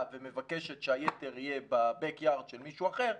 ומבקשת שהיתר יהיה בבק יארד של מישהו אחר,